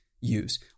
use